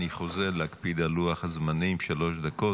אני חוזר: להקפיד על לוח הזמנים, שלוש דקות.